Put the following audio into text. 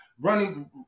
running